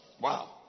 wow